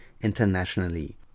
internationally